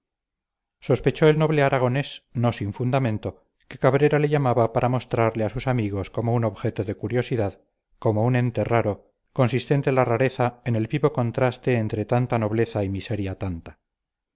sospechó el noble aragonés no sin fundamento que cabrera le llamaba para mostrarle a sus amigos como un objeto de curiosidad como un ente raro consistente la rareza en el vivo contraste entre tanta nobleza y miseria tanta